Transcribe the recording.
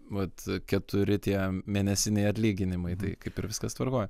vat keturi tie mėnesiniai atlyginimai tai kaip ir viskas tvarkoj